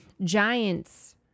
Giants